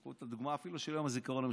קחו אפילו את הדוגמה של יום הזיכרון המשותף,